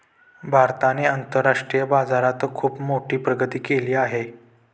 भारताने आंतरराष्ट्रीय बाजारात खुप मोठी प्रगती केली आहे